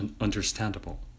understandable